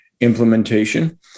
implementation